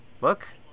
Look